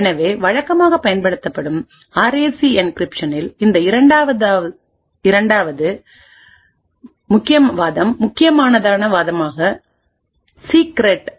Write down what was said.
எனவே வழக்கமாக பயன்படுத்தப்படும் ஆர்ஏசி என்கிரிப்ஷனில் இந்த இரண்டாவது வாதம்முக்கியமான வாதமானது சீக்ரெட்